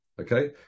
Okay